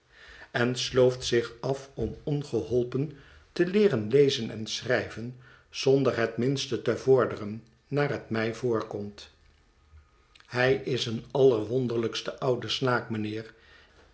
en slooft zich af om ongeholpen te leeren lezen en schrijven zonder het minste te vorderen naar het mij voorkomt hij is een allerwonderlijkste oude snaak mijnheer